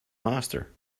master